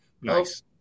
Nice